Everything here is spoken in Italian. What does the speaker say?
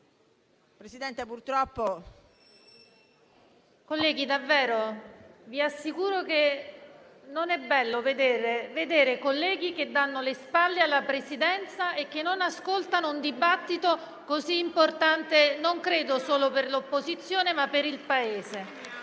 finestra"). Colleghi, vi assicuro che non è bello vedere colleghi che danno le spalle alla Presidenza e non seguono un dibattito così importante, non credo solo per l'opposizione, ma per il Paese.